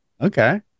Okay